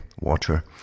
water